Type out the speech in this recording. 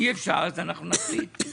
אי אפשר אז אנחנו נקפיא את זה.